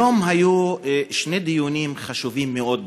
היום היו שני דיונים חשובים מאוד בכנסת,